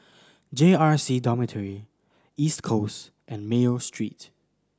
J R C Dormitory East Coast and Mayo Street